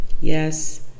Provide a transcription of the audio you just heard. Yes